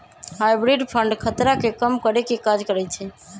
hybrid fund खतरा के कम करेके काज करइ छइ